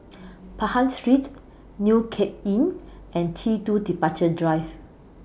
Pahang Street New Cape Inn and T two Departure Drive